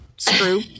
screw